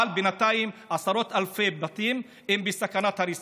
בזה אני חושב שתוך שנתיים אפשר לאשר את כל תוכנית המתאר.